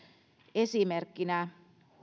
esimerkkinä